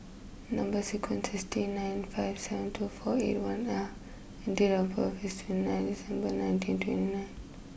number sequence is T nine five seven two four eight one L and date of birth is twenty nine December nineteen twenty nine